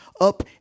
up